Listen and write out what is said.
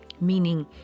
meaning